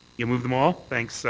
you'll move them all. thanks, so